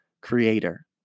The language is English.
creator